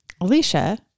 Alicia